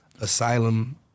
Asylum